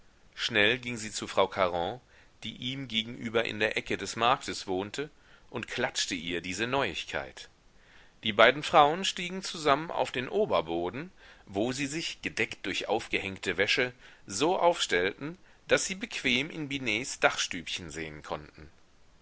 schnell ging sie zu frau caron die ihm gegenüber in der ecke des marktes wohnte und klatschte ihr diese neuigkeit die beiden frauen stiegen zusammen auf den oberboden wo sie sich gedeckt durch aufgehängte wäsche so aufstellten daß sie bequem in binets dachstübchen sehen konnten